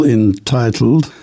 entitled